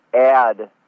add